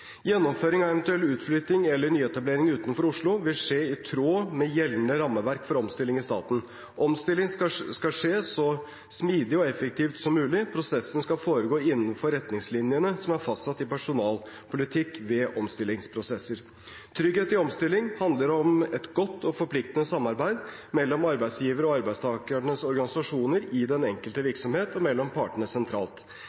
Gjennomføring av eventuell utflytting eller nyetablering utenfor Oslo vil skje i tråd med gjeldende rammeverk for omstillinger i staten. Omstilling skal skje så smidig og effektivt som mulig. Prosessen skal foregå innenfor retningslinjene som er fastsatt i «Personalpolitikk ved omstillingsprosesser». Trygghet i omstilling handler om et godt og forpliktende samarbeid mellom arbeidsgiverne og arbeidstakernes organisasjoner i den enkelte